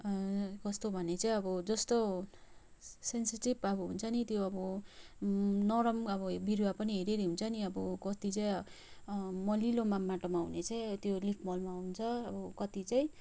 कस्तो भने चाहिँ अब जस्तो सेन्सिटिभ अब हुन्छ नि त्यो अब नरम अब बिरुवा पनि हेरिहेरि हुन्छ नि कति चाहिँ मलिलोमा माटोमा हुने चाहिँ त्यो लिफ मलमा हुन्छ अब कति चाहिँ